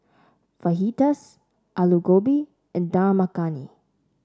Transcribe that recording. Fajitas Alu Gobi and Dal Makhani